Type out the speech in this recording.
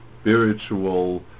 spiritual